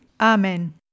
Amen